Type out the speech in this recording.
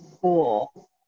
cool